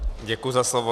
Děkuji za slovo.